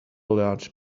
large